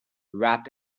wrapped